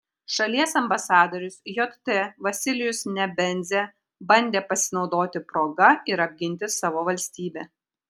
šalies ambasadorius jt vasilijus nebenzia bandė pasinaudoti proga ir apginti savo valstybę